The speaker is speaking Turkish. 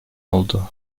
oldu